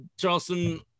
charleston